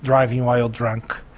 driving while drunk,